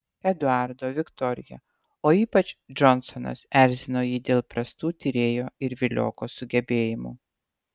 eduardo viktorija o ypač džonsonas erzino jį dėl prastų tyrėjo ir vilioko sugebėjimų